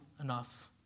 enough